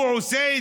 מדינת